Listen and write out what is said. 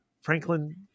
Franklin